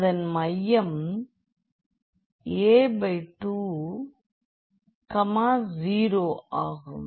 அதன் மையம் a20 ஆகும்